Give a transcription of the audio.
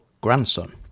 grandson